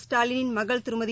ஸ்டாலினின் மகள் திருமதி